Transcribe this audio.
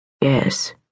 Yes